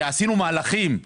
כי עשינו מהלכים.